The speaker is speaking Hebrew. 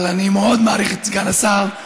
אני מאוד מעריך את סגן השר,